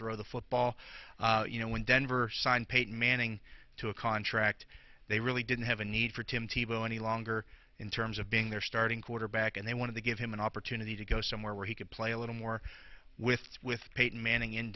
throw the football you know when denver signed peyton manning to a contract they really didn't have a need for tim thibeault any longer in terms of being their starting quarterback and they wanted to give him an opportunity to go somewhere where he could play a little more with with peyton manning in